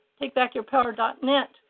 takebackyourpower.net